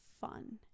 fun